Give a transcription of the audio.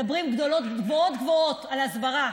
מדברים גדולות, גבוהה-גבוהה, על הסברה.